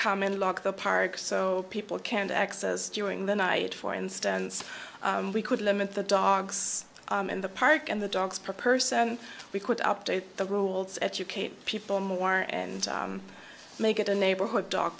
come in lock the park so people can't access during the night for instance we could limit the dogs in the park and the dogs per person we could update the rules educate people more and make it a neighborhood dog